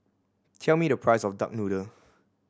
tell me the price of duck noodle